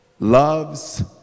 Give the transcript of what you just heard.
loves